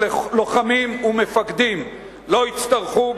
שלוחמים ומפקדים לא יצטרכו,